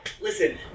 listen